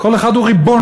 כל אחד הוא ריבון.